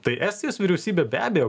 tai estijos vyriausybė be abejo